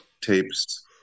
tapes